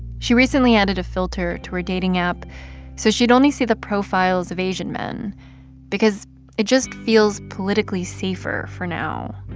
she recently added a filter to her dating app so she'd only see the profiles of asian men because it just feels politically safer for now.